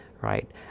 right